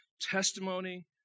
Testimony